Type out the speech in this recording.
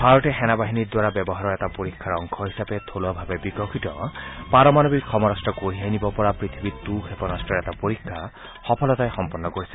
ভাৰতে সেনাবাহিনীৰ দ্বাৰা ব্যৱহাৰৰ এটা পৰীক্ষাৰ অংশ হিচাপে থলুৱাভাৱে বিকশিত পাৰমাণৱিক সমৰাস্ত্ৰ কঢ়িয়াই নিব পৰা পৃথিৱী টু ক্ষেপনাস্তৰ এটা পৰীক্ষা সফলতাৰে সম্পন্ন কৰিছে